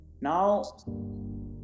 Now